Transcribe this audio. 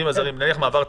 נכון.